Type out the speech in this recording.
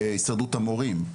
הסתדרות המורים,